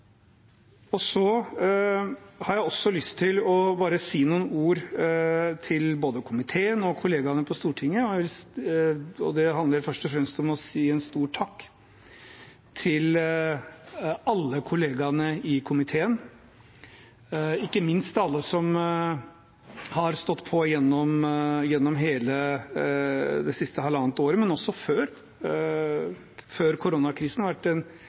har også lyst til bare å si noen ord til både komiteen og kollegaene på Stortinget. Det handler først og fremst om å gi en stor takk til alle kollegaene i komiteen, ikke minst alle som har stått på gjennom hele det siste halvannet året, men også før koronakrisen. Det har vært